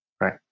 Right